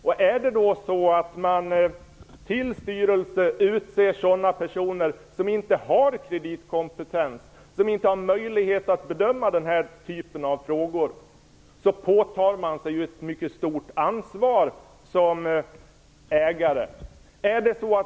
Om man då till styrelse utser sådana personer som inte har kreditkompetens och som inte har möjlighet att bedöma den typen av frågor, påtar man sig ett mycket stort ansvar som ägare.